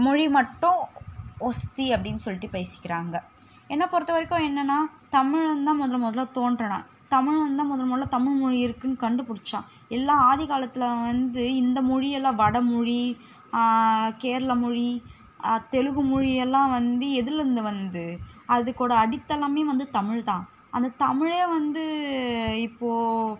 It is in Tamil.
மொழி மட்டும் ஒஸ்த்தி அப்படின்னு சொல்லிட்டு பேசிக்கிறாங்கள் என்ன பொறுத்த வரைக்கும் என்னென்னா தமிழன் தான் முதல் முதல்ல தோன்றுனான் தமிழன் தான் முதல் முதல்ல தமிழ்மொழி இருக்குதுன்னு கண்டுபிடிச்சான் எல்லாம் ஆதி காலத்தில் அவன் வந்து இந்த மொழி எல்லாம் வடமொழி கேரள மொழி தெலுங்கு மொழி எல்லாம் வந்து எதில் இருந்து வந்தது அதுக்கோட அடித்தளமே வந்து தமிழ் தான் அந்த தமிழே வந்து இப்போது